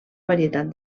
varietat